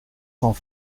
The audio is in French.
cents